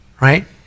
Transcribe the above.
right